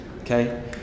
Okay